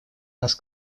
нас